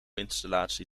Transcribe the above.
installatie